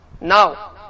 Now